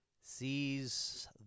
sees